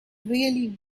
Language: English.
really